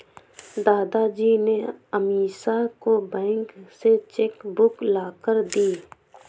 दादाजी ने अमीषा को बैंक से चेक बुक लाकर दी